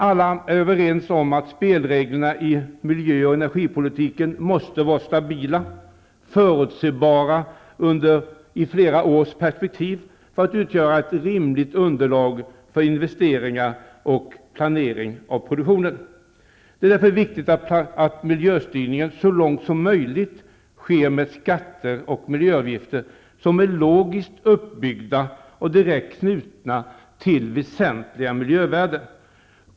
Alla är överens om att spelreglerna i miljö och energipolitiken måste vara stabila och förutsebara i flera års perspektiv för att kunna utgöra ett rimligt underlag för investeringar och planering av produktionen. Det är därför viktigt att miljöstyrningen så långt som möjligt sker med skatter och miljöavgifter som är logiskt uppbyggda och direkt knutna till väsentliga miljövärden.